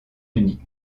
unis